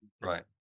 Right